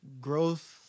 growth